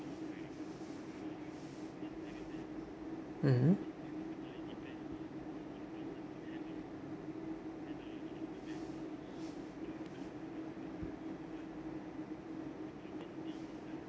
mmhmm